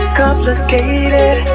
complicated